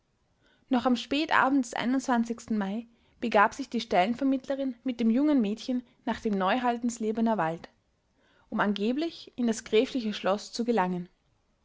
noch am spätabend des mai begab sich die stellenvermittlerin mit dem jungen mädchen nach dem neuhaldenslebener walde um angeblich in das gräfliche schloß zu gelangen